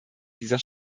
dieser